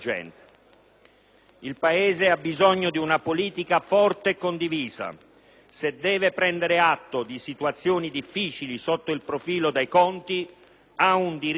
Il Paese ha bisogno di una politica forte e condivisa. Se deve prendere atto di verità amare sotto il profilo dei conti, ha un diritto in più